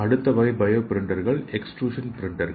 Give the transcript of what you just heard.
அடுத்த வகை பயோ பிரிண்டர்கள் எக்ஸ்ட்ரூஷன் பிரிண்டர்கள்